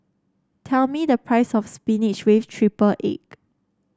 tell me the price of spinach with triple egg